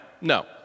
No